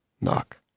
Knock